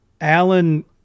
Alan